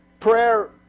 prayer